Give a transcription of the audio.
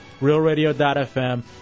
realradio.fm